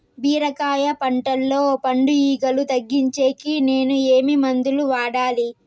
బీరకాయ పంటల్లో పండు ఈగలు తగ్గించేకి నేను ఏమి మందులు వాడాలా?